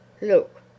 Look